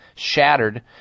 shattered